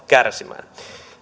kärsimään